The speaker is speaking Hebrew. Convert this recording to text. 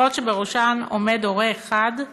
משפחות שבראשן עומד הורה אחד,